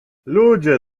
ludzie